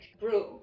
brew